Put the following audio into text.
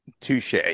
Touche